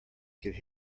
could